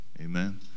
amen